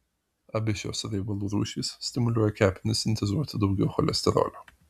abi šios riebalų rūšys stimuliuoja kepenis sintezuoti daugiau cholesterolio